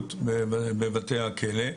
הצפיפות בבתי הכלא,